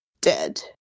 dead